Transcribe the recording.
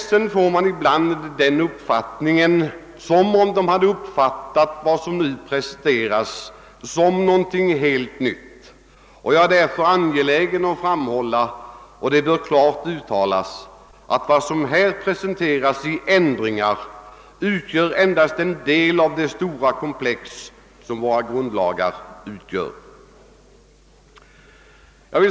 Ibland verkar det också som om pressen uppfattat vad som nu presenteras som någonting helt nytt. Jag är därför angelägen om att det klart säges ifrån att här föreslagna ändringar endast berör en del av det stora komplex som våra grundlagar utgör.